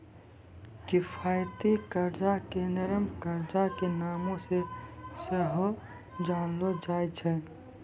किफायती कर्जा के नरम कर्जा के नामो से सेहो जानलो जाय छै